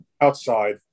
outside